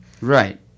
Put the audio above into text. Right